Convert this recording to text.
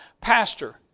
pastor